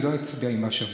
אני לא אצביע עם מה שמבקשים.